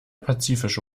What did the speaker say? pazifische